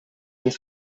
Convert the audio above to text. and